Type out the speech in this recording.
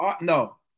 No